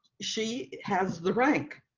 she has the rank.